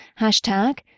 Hashtag